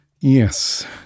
Yes